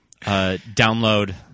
download